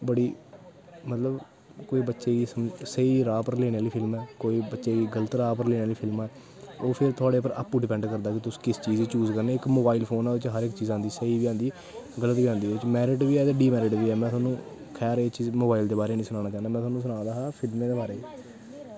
बड़ी मतलब कोई बच्चे गी स्हेई राह् पर लेने आह्लियां फिल्मां कोई बच्चे गी गल्त राह् पर लेने आह्लियां फिल्मां ओह् थोआढ़े पर आपूं डिपैंड करदा कि किस चीज गी चूज़ करने इक मोबाइल च हर चीज आंदी स्हेई बी आंदी गल्त बी आंदी उत्त च मैरिड़ बी है ते डिमैरिड़ बी ऐ में तोआनूं खैर एह् चीज़ मोबाइल दे बारे च निं सनाना चांह्दा में तोआनूं सना दा हा फिल्में दे बारे च